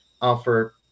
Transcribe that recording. offer